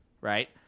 right